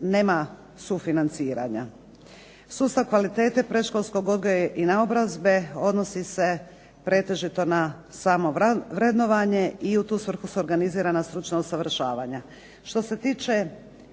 nema sufinanciranja. Sustav kvalitete predškolskog odgoja i naobrazbe odnosi se pretežito na samo vrednovanje i u tu svrhu su organizirana stručna usavršavanja. Što se tiče